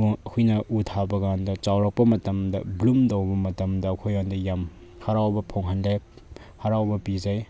ꯑꯩꯈꯣꯏꯅ ꯎ ꯊꯥꯕꯀꯥꯟꯗ ꯆꯥꯎꯔꯛꯄ ꯃꯇꯝꯗ ꯒ꯭ꯂꯨꯝ ꯇꯧꯕ ꯃꯇꯝꯗ ꯑꯩꯈꯣꯏꯉꯣꯟꯗ ꯌꯥꯝ ꯍꯔꯥꯎꯕ ꯐꯥꯎꯍꯜꯂꯦ ꯍꯔꯥꯎꯕ ꯄꯤꯖꯩ